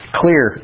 clear